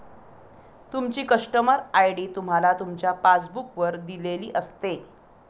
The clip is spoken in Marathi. तुमची कस्टमर आय.डी तुम्हाला तुमच्या पासबुक वर दिलेली असते